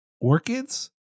orchids